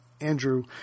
Andrew